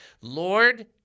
Lord